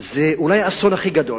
וזה אולי האסון הכי גדול,